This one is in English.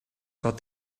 about